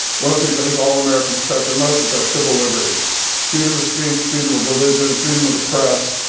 one of the things i think all americans treasure most, is our civil liberties freedom of speech, freedom of religion, freedom of the press,